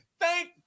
Thank